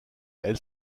elle